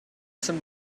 some